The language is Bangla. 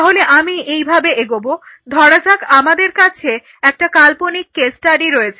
তাহলে আমি এইভাবে এগোবো ধরা যাক আমাদের কাছে একটা কাল্পনিক কেস স্টাডি রয়েছে